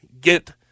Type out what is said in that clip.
get